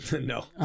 No